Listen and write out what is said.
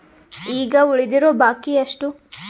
ಈಗ ಉಳಿದಿರೋ ಬಾಕಿ ಎಷ್ಟು?